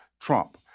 Trump